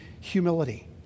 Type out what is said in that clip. humility